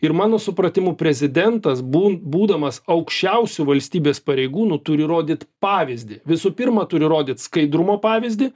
ir mano supratimu prezidentas bu būdamas aukščiausiu valstybės pareigūnu turi rodyt pavyzdį visų pirma turi rodyt skaidrumo pavyzdį